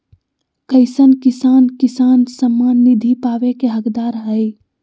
कईसन किसान किसान सम्मान निधि पावे के हकदार हय?